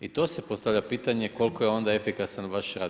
I to se postavlja pitanje koliko je onda efikasan vaš rad.